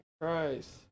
Christ